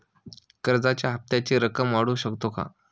कर्जाच्या हप्त्याची रक्कम वाढवू शकतो का?